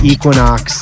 Equinox